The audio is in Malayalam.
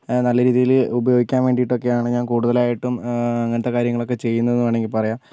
നല്ല രീതിയിൽ ഉപയോഗിക്കാൻ വേണ്ടിയിട്ടും ഒക്കെയാണ് ഞാൻ കൂടുതലായിട്ടും അങ്ങനത്തെ കാര്യങ്ങളൊക്കെ ചെയ്യുന്നതെന്ന് വേണമെങ്കിൽ പറയാം